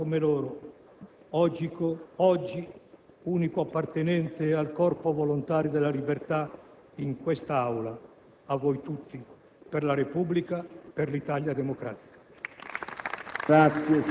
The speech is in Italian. io, partigiano come loro, oggi unico appartenente al Corpo volontari della libertà in quest'Aula, a voi tutti. Per la Repubblica, per l'Italia democratica.